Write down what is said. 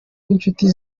b’inshuti